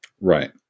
right